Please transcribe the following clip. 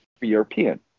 European